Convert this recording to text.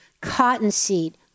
cottonseed